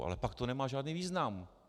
Ale pak to nemá žádný význam.